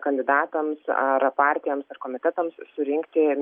kandidatams ar partijoms ar komitetams surinkti